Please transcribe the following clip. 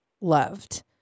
loved